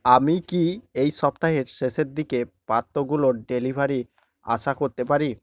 আমি কি এই সপ্তাহের শেষের দিকে পাত্রগুলোর ডেলিভারি আশা করতে পারি